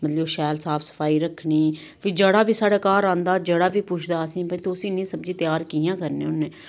मतलब शैल साफ सफाई रक्खनी फ्ही जेह्ड़ा बी साढ़े घर आंदा जेह्ड़ा बी पुच्छदा असेंगी भाई तुस इ'न्ने सब्जी त्यार कि'यां करने होन्ने